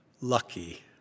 lucky